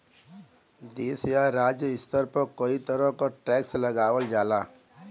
देश या राज्य स्तर पर कई तरह क टैक्स लगावल जाला